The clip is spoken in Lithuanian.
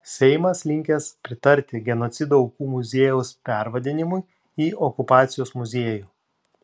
seimas linkęs pritarti genocido aukų muziejaus pervadinimui į okupacijos muziejų